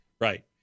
Right